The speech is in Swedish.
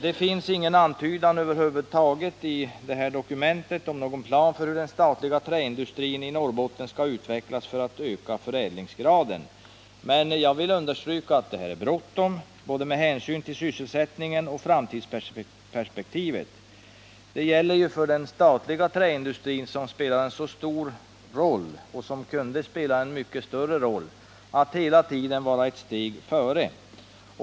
Det finns ingen antydan över huvud taget i betänkandet om en plan för hur den statliga träindustrin i Norrbotten skall utvecklas för att förädtlingsgraden skall ökas. Men jag vill understryka att det är bråttom — med hänsyn både till sysselsättningen nu och till framtidsperspektivet. Det gäller för den statliga träindustrin, som spelar en stor roll och kunde spela en ännu större roll, att hela tiden vara ett steg före.